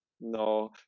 No